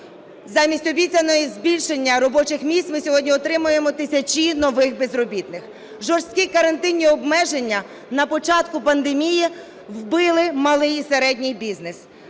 Замість обіцяного збільшення робочих місць ми сьогодні отримуємо тисячі нових безробітних. Жорсткі карантинні обмеження на початку пандемії вбили малий і середній бізнес.